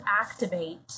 activate